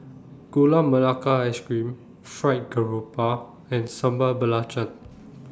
Gula Melaka Ice Cream Fried Garoupa and Sambal Belacan